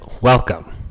welcome